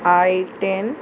I ten